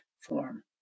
form